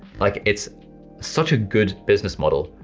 like, its such a good business model,